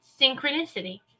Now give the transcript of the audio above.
synchronicity